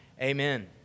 Amen